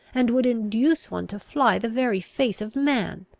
and would induce one to fly the very face of man!